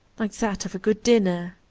like that of a good dinner,